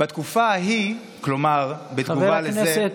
"בתקופה ההיא", כלומר, חבר הכנסת